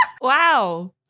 Wow